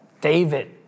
David